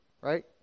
right